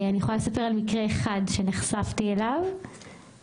אני יכולה לספר על מקרה אחד שנחשפתי אליו לאחרונה,